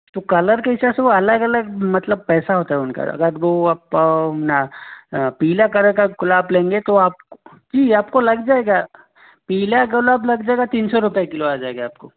तो कलर के हिसाब से वो अलग अलग मतलब पैसा होता है उनका अगर वो अपना पीला कलर का गुलाब लेंगे तो आप की आप को लग जाएगा पीला गुलाब लग जाएगा तीन सौ रुपये किलो आ जाएगा आप को